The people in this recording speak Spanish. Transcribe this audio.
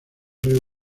rey